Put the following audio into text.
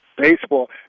baseball